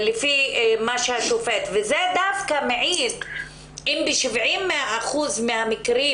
לזה, זה מעיד שאם ב-70% מהמקרים